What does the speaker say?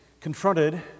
confronted